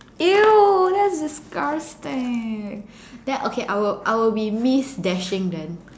!eww! that's disgusting then okay I would I will be miss dashing then